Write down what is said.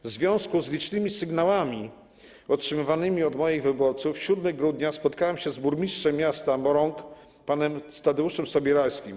W związku z licznymi sygnałami otrzymywanymi od moich wyborców 7 grudnia spotkałem się z burmistrzem miasta Morąga panem Tadeuszem Sobierajskim.